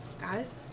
Guys